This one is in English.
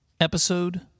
Episode